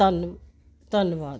ਧੰਨ ਧੰਨਵਾਦ